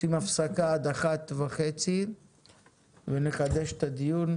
עושים הפסקה עד 13:30 ונחדש את הדיון.